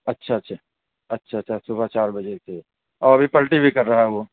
اچھا اچھا اچھا اچھا صبح چار بجے سے اور ابھی اُلٹی بھی کر رہا ہے وہ